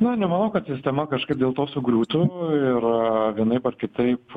na nemanau kad sistema kažkaip dėl to sugriūtų ir vienaip ar kitaip